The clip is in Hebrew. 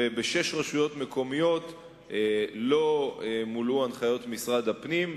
ובשש רשויות מקומיות לא מולאו הנחיות משרד הפנים,